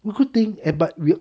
hmm good thing eh but we all